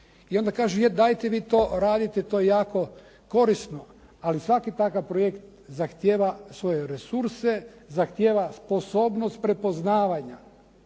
i onda kaže dajte vi to radite, to je jako korisno. Ali svaki takav projekt zahtijeva svoje resurse, zahtijeva sposobnost prepoznavanja